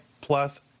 Plus